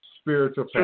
spiritual